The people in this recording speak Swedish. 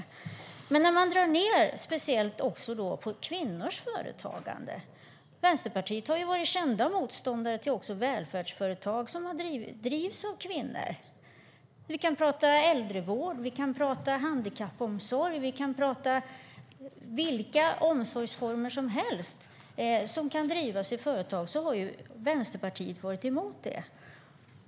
Vänsterpartiet har varit en känd motståndare också till välfärdsföretag som drivs av kvinnor. Man vill alltså dra ned speciellt på kvinnors företagande. Vi kan prata äldrevård, vi kan prata handikappomsorg, vi kan prata vilka omsorgsformer som helst som kan drivas i företag så har Vänsterpartiet varit emot det.